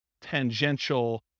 tangential